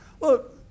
look